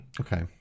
Okay